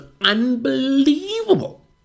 unbelievable